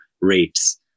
rates